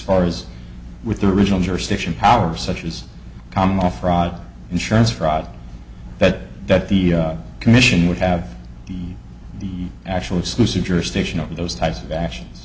far as with the original jurisdiction power such as common law fraud insurance fraud that that the commission would have the actual exclusive jurisdiction over those types of actions